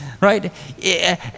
right